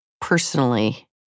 personally